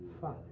Father